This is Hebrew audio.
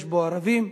יש בו ערבים,